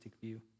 view